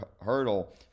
hurdle